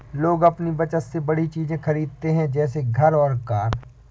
लोग अपनी बचत से बड़ी चीज़े खरीदते है जैसे घर और कार